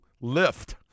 lift